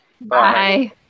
Bye